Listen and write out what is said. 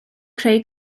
creu